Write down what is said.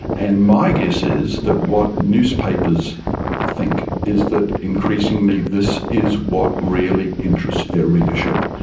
and my guess is that what newspapers think is that increasingly this is what really interests their readership,